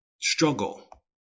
struggle